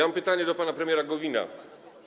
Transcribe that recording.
Mam pytanie do pana premiera Gowina.